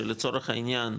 שלצורך העניין,